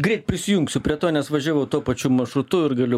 greit prisijungsiu prie to nes važiavau tuo pačiu maršrutu ir galiu